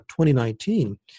2019